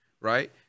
right